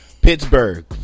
Pittsburgh